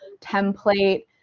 template